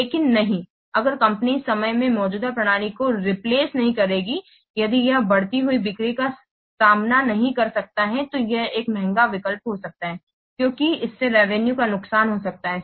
लेकिन नहीं अगर कंपनी समय में मौजूदा प्रणाली को रेप्लस नहीं करेगी यदि यह बढ़ती हुई बिक्री का सामना नहीं कर सकता है तो यह एक महंगा विकल्प हो सकता है क्योंकि इससे रेवेनुए का नुकसान हो सकता है